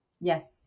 Yes